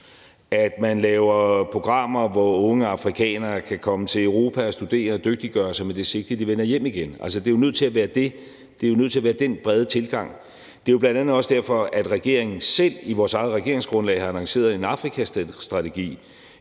at man laver programmer, hvor unge afrikanere kan komme til Europa og studere og dygtiggøre sig med det sigte, at de vender hjem igen. Det er nødt til at være det. Det er jo nødt til at være den brede tilgang. Det er jo bl.a. også derfor, at regeringen selv i sit eget regeringsgrundlag har annonceret en Afrikastrategi.